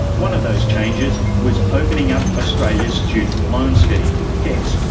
one of those changes was opening up australia's student loan scheme, hecs,